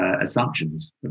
assumptions